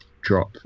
drop